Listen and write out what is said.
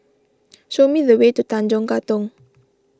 show me the way to Tanjong Katong